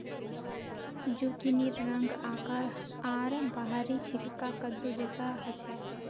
जुकिनीर रंग, आकार आर बाहरी छिलका कद्दू जैसा ह छे